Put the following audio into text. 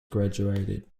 graduated